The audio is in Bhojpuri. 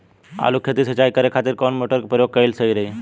आलू के खेत सिंचाई करे के खातिर कौन मोटर के प्रयोग कएल सही होई?